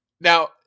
Now